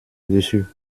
dessus